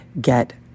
get